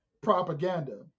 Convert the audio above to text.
propaganda